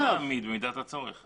הוא יכול לא להעמיד במידת הצורך.